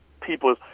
people